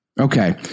Okay